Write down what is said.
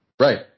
Right